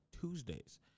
Tuesdays